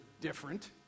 different